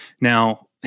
Now